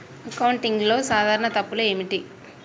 అకౌంటింగ్లో సాధారణ తప్పులు ఏమిటి?